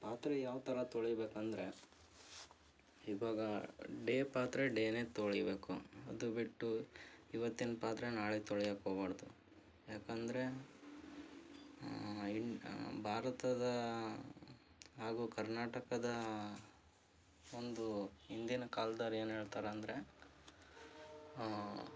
ಪಾತ್ರೆ ಯಾವ ಥರ ತೊಳಿಬೇಕಂದ್ರೆ ಈವಾಗ ಡೇ ಪಾತ್ರೆ ಡೇನೇ ತೊಳಿಬೇಕು ಅದು ಬಿಟ್ಟು ಇವತ್ತಿನ ಪಾತ್ರೆ ನಾಳೆ ತೊಳಿಯಕ್ಕೆ ಹೋಗಬಾರದು ಯಾಕೆಂದರೆ ಇನ್ ಭಾರತದ ಹಾಗೂ ಕರ್ನಾಟಕದ ಒಂದು ಹಿಂದಿನ ಕಾಲ್ದವ್ರೇನು ಹೇಳ್ತಾರಂದ್ರೆ